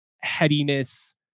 headiness